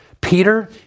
Peter